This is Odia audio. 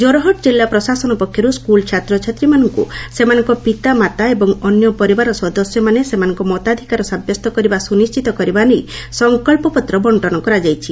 କୋରହଟ କିଲ୍ଲା ପ୍ରଶାସନ ପକ୍ଷରୁ ସ୍କୁଲ ଛାତ୍ରଛାତ୍ରୀମାନଙ୍କୁ ସେମାନଙ୍କ ପିତାମାତା ଏବଂ ଅନ୍ୟ ପରିବାର ସଦସ୍ୟମାନେ ସେମାନଙ୍କ ମତାଧିକାର ସାବ୍ୟସ୍ତ କରିବା ସୁନିଶ୍ଚିତ କରିବା ନେଇ ସଂକଚ୍ଚପତ୍ର ବର୍ଷନ କରାଯାଇଛି